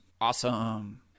Awesome